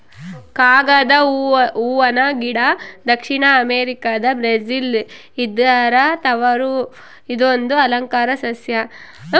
ಕಾಗದ ಹೂವನ ಗಿಡ ದಕ್ಷಿಣ ಅಮೆರಿಕಾದ ಬ್ರೆಜಿಲ್ ಇದರ ತವರು ಇದೊಂದು ಅಲಂಕಾರ ಸಸ್ಯ